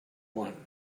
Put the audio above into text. one